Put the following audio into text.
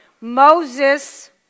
Moses